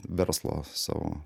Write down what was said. verslą savo